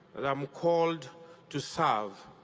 that i'm called to serve.